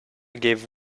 give